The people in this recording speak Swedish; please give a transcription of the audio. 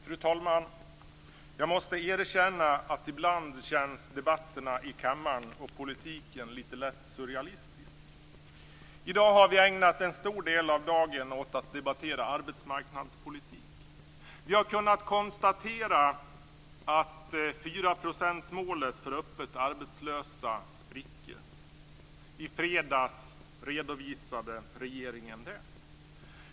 Fru talman! Jag måste erkänna att ibland känns debatterna i kammaren och politiken lite lätt surrealistiska. I dag har vi ägnat en stor del av dagen åt att debattera arbetsmarknadspolitik. Vi har kunnat konstatera att fyraprocentsmålet för öppet arbetslösa spricker. I fredags redovisade regeringen det.